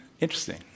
Interesting